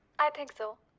i think so.